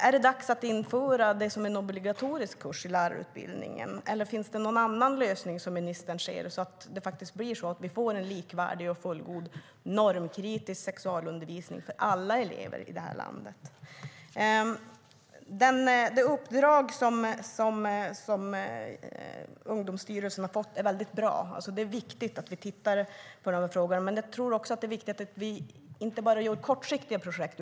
Är det dags att införa det som en obligatorisk kurs i lärarutbildningen? Eller finns det någon annan lösning, som ministern ser det, så att vi får en likvärdig och fullgod normkritisk sexualundervisning för alla elever i det här landet? Det uppdrag som Ungdomsstyrelsen har fått är väldigt bra. Det är viktigt att vi tittar på frågorna, men jag tror också att det är viktigt att vi inte bara gör kortsiktiga projekt.